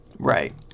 Right